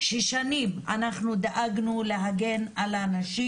ששנים אנחנו דאגנו להגן על הנשים,